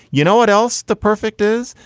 you know what else the perfect is?